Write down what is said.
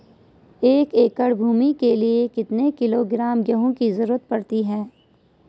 एक एकड़ भूमि के लिए कितने किलोग्राम गेहूँ की जरूरत पड़ती है?